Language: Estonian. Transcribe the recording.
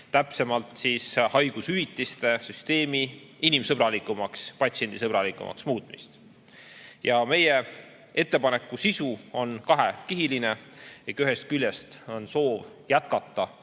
täpsemalt haigushüvitiste süsteemi inimsõbralikumaks, patsiendisõbralikumaks muutmist. Meie ettepaneku sisu on kahekihiline. Ühest küljest on meil soov jätkata